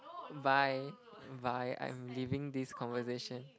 bye bye I'm leaving this conversation